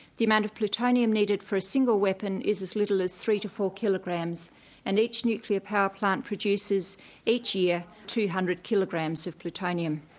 the amount of plutonium needed for a single weapon is as little as three to four kilograms and each nuclear power plant produces each year two hundred kilograms of plutonium.